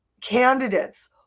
Candidates